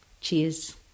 Cheers